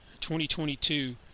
2022